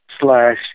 slash